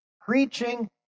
preaching